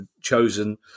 chosen